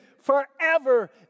Forever